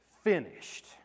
finished